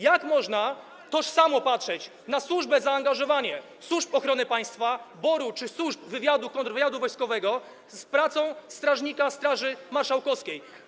Jak można tożsamo patrzeć na służbę i zaangażowanie służb ochrony państwa, BOR-u czy służb wywiadu i kontrwywiadu wojskowego i na pracę strażnika Straży Marszałkowskiej?